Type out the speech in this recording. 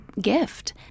gift